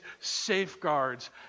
safeguards